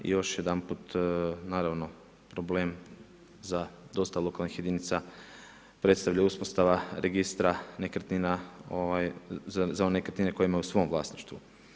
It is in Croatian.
I još jedanput naravno, problem za dosta lokalnih jedinica predstavlja uspostava registra nekretnina, za nekretnine koje imaju u svom vlasništvu.